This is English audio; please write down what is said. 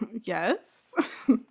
yes